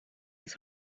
his